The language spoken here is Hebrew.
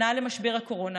שנה למשבר הקורונה,